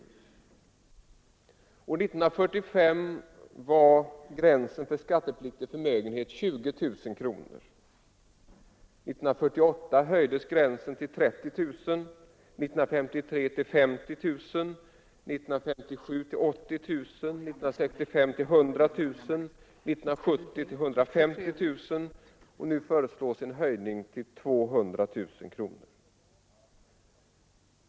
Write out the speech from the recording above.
År 1945 var gränsen för skattepliktig förmögenhet 20 000 kronor. 1948 höjdes gränsen till 30 000, 1953 till 50 000, 1957 till 80 000, 1965 till 100 000 och 1970 till 150 000, nu föreslås en höjning till 200 000 kronor.